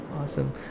Awesome